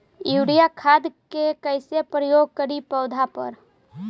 Urea खाद के कैसे प्रयोग करि पौधा पर?